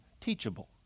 teachable